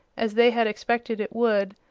as they had expected it would,